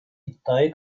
iddiayı